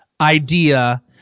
idea